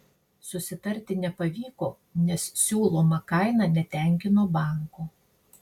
susitarti nepavyko nes siūloma kaina netenkino banko